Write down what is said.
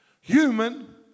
human